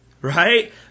right